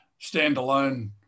standalone